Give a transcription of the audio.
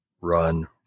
run